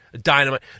dynamite